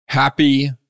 Happy